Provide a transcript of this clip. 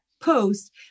post